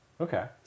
Okay